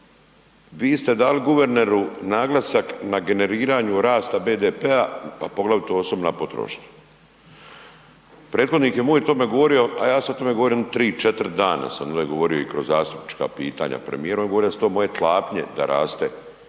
Vi ste dali guverneru naglasak na generiranju rasta BDP-a, a poglavito osobna potrošnja. Prethodnik je moj o tome govorio, a ja sam o tome govori jedno 3-4 dana sam ovde govorio i kroz zastupnička pitanja premijeru, on je govorio da su to moje tlapnje da raste